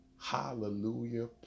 Hallelujah